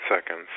seconds